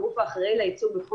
עד עכשיו,